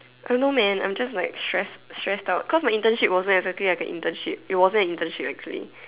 I am no man I am just like stress stress out cause my internship wasn't exactly like a internship it wasn't a internship actually